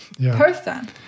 person